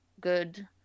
good